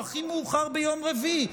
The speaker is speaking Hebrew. או הכי מאוחר ביום רביעי?